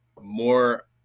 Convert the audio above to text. more